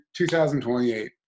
2028